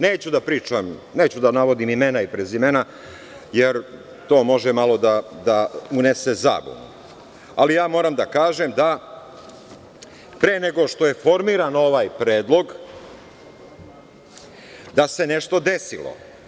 Neću da navodim imena i prezimena, jer to može malo da unese zabunu, ali moram da kažem da pre nego što je formiran ovaj predlog da se nešto desilo.